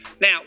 Now